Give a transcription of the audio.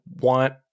want